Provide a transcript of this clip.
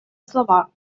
слова